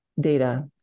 data